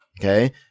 Okay